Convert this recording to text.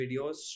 videos